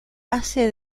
hace